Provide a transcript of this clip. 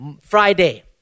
Friday